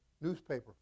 newspaper